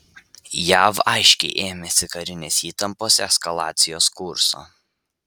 jav aiškiai ėmėsi karinės įtampos eskalacijos kurso